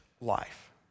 life